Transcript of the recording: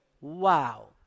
Wow